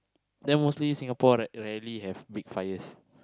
then mostly Singapore right rarely have big fires